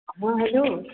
हँ हेलो